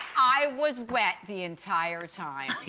i was wet the entire time.